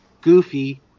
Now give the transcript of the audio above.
Goofy